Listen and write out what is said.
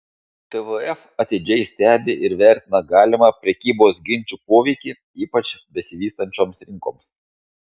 tvf atidžiai stebi ir vertina galimą prekybos ginčų poveikį ypač besivystančioms rinkoms